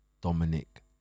Dominic